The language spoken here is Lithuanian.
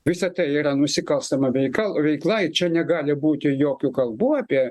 visa tai yra nusikalstama veika veikla čia negali būti jokių kalbų apie